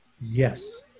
Yes